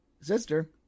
sister